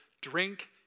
drink